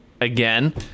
again